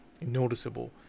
noticeable